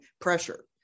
pressure